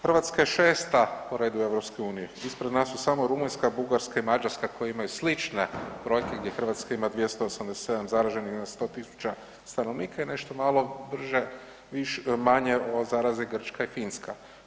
Hrvatska je 6. po redu u EU, ispred nas su samo Rumunjska, Bugarska i Mađarska koje imaju slične brojke gdje Hrvatska ima 287 zaraženih na 100.000 stanovnika i nešto malo manje od zaraze Grčka i Finska.